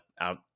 out